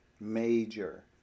major